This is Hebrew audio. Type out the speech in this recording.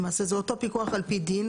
למעשה זה אותו פיקוח על פי דין.